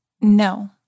No